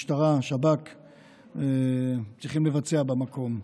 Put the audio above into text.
המשטרה והשב"כ, צריכים לבצע במקום.